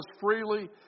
freely